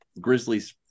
Grizzlies